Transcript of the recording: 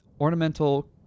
ornamental